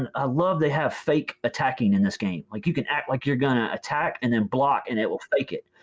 and i love they have fake attacking in this game. like you can act like you're gonna attack and then block and it will fake it.